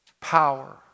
Power